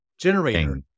generator